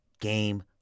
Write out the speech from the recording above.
game